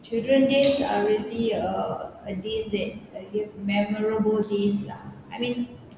children days are really a a days that memorable days lah I mean